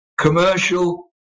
commercial